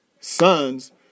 sons